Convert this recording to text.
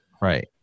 Right